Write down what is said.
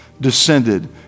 descended